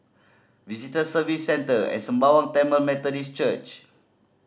Visitor Services Centre and Sembawang Tamil Methodist Church